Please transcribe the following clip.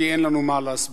כי אין לנו מה להסביר.